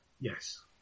Yes